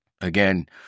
Again